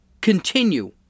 continue